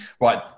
right